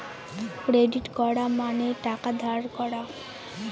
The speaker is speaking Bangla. ক্রেডিট করা মানে টাকা ধার করা